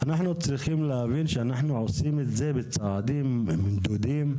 אנחנו צריכים להבין שאנחנו נעשה את זה בצעדים מדודים,